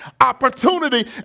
opportunity